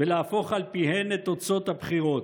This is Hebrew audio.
ולהפוך על פיהן את תוצאות הבחירות.